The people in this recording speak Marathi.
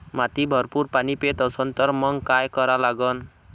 माती भरपूर पाणी पेत असन तर मंग काय करा लागन?